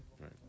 Right